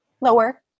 lower